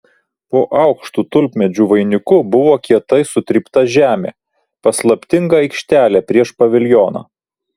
po aukštu tulpmedžių vainiku buvo kietai sutrypta žemė paslaptinga aikštelė prieš paviljoną